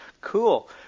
cool